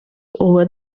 over